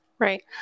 right